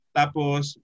tapos